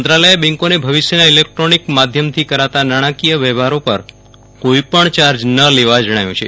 મંત્રાલયે બેંકોને ભવિષ્યના ઇલેકટ્રોનીક માધ્યમથી કરાતા નાણાંકીય વ્યવહારો પર કોઇ પણ યાર્જ ન લેવા જણાવ્યું છે